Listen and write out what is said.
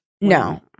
No